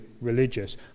religious